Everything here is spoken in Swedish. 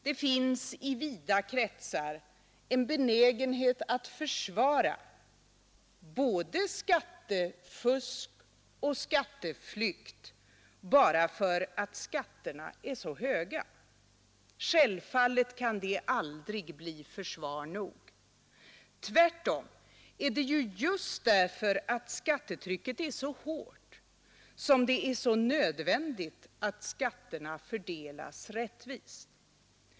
Det finns i vida kretsar en benägenhet att försvara både skattefusk och skatteflykt bara därför att skatterna är så höga. Självfallet kan det aldrig bli försvar nog. Tvärtom är det just därför att skattetrycket är så hårt som det är nödvändigt att skatterna fördelas rättvist.